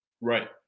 Right